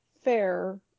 fair